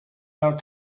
our